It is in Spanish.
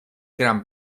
gran